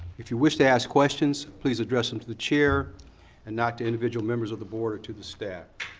if you wish to ask questions, please address them to the chair and not to individual members of the board or to the staff.